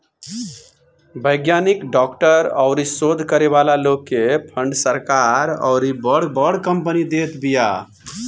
वैज्ञानिक, डॉक्टर अउरी शोध करे वाला लोग के फंड सरकार अउरी बड़ बड़ कंपनी देत बिया